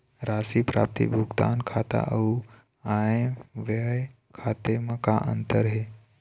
राशि प्राप्ति भुगतान खाता अऊ आय व्यय खाते म का अंतर हे?